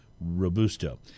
Robusto